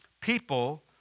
people